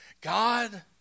God